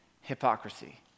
hypocrisy